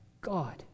God